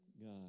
God